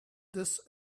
this